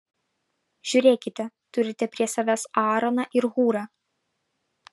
žiūrėkite turite prie savęs aaroną ir hūrą